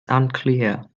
unclear